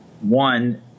one